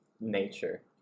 nature